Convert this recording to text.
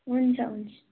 हुन्छ हुन्छ